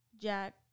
Jack